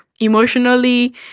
emotionally